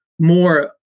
more